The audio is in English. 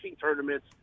tournaments